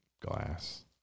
glass